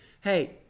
hey